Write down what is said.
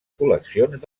col·leccions